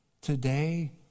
Today